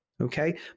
Okay